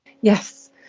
Yes